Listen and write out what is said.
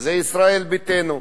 זה ישראל ביתנו,